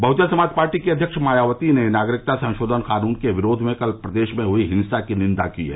Bahujan Samaj party की अध्यक्ष मायावती ने नागरिकता संशोधन कानून के विरोध में कल प्रदेश में हुई हिंसा की निन्दा की है